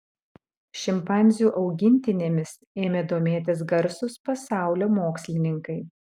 šimpanzių augintinėmis ėmė domėtis garsūs pasaulio mokslininkai